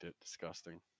disgusting